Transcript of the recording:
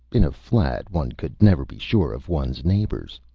in a flat, one could never be sure of one's neighbors.